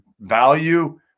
value